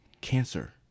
cancer